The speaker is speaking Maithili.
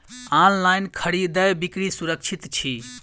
ऑनलाइन खरीदै बिक्री सुरक्षित छी